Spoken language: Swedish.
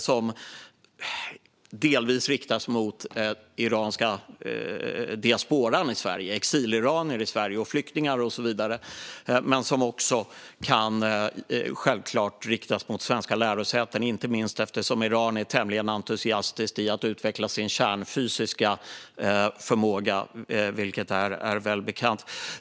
Det riktas delvis mot den iranska diasporan i Sverige - exiliranier, flyktingar och så vidare. Men det kan självklart också riktas mot svenska lärosäten, inte minst eftersom Iran är tämligen entusiastiskt i fråga om att utveckla sin kärnfysiska förmåga, vilket är välbekant.